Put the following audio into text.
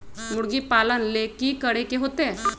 मुर्गी पालन ले कि करे के होतै?